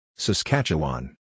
Saskatchewan